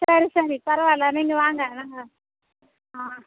சரி சரி பரவாயில்ல நீங்கள் வாங்க ஆ